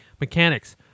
mechanics